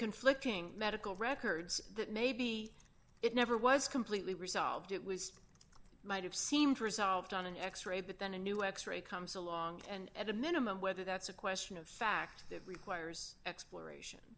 conflicting medical records that maybe it never was completely resolved it was might have seemed resolved on an x ray but then a new x ray comes along and at a minimum whether that's a question of fact that requires exp